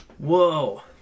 Whoa